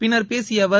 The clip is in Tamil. பின்னர்பேசிய அவர்